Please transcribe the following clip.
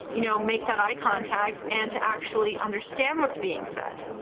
you know, make that eye contact and to actually understand what's being said.